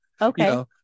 okay